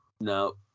No